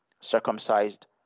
Circumcised